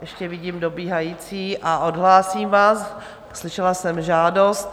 Ještě vidím dobíhající a odhlásím vás, slyšela jsem žádost.